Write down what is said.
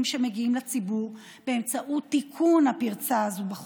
שמגיעים לציבור באמצעות תיקון הפרצה הזו בחוק.